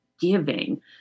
giving